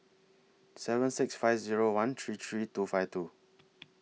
seven six five Zero one three three two five two